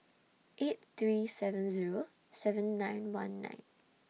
eight three seven Zero seven nine one nine